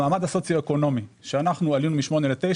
המעמד הסוציו-אקונומי עלינו מ-8 ל-9,